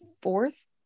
fourth